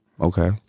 Okay